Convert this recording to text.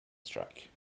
strike